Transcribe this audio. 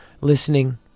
listening